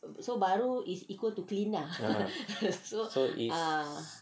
ah so it's